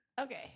Okay